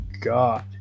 god